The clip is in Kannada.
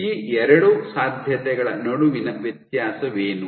ಈ ಎರಡು ಸಾಧ್ಯತೆಗಳ ನಡುವಿನ ವ್ಯತ್ಯಾಸವೇನು